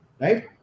right